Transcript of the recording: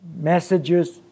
messages